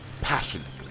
passionately